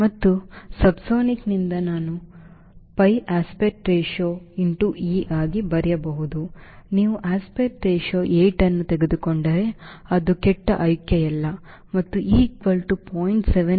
ಮತ್ತು ಸಬ್ಸಾನಿಕ್ನಿಂದ ನಾನು pi aspect ratio into e ಆಗಿ ಬರೆಯಬಹುದು ನೀವು aspect ratio 8 ಅನ್ನು ತೆಗೆದುಕೊಂಡರೆ ಅದು ಕೆಟ್ಟ ಆಯ್ಕೆಯಲ್ಲ ಮತ್ತು e0